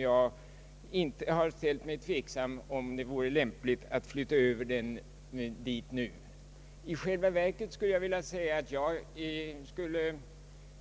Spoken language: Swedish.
Jag har därför ställt mig tveksam till lämpligheten att flytta över byrån dit just nu. Jag skulle